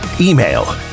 email